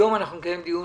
היום נקיים דיון